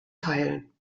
teilen